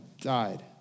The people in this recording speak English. died